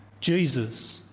Jesus